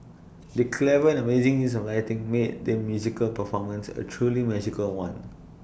the clever and amazing use of lighting made the musical performance A truly magical one